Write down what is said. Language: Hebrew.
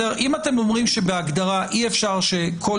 אם אתם אומרים שבהגדרה אי-אפשר שכל